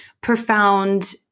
profound